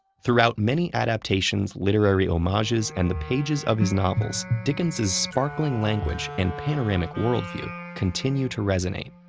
throughout many adaptations, literary homages, and the pages of his novels, dickens's sparkling language and panoramic worldview continue to resonate.